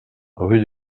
rue